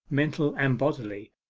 mental and bodily,